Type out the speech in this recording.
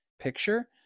picture